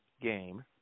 game